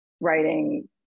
writing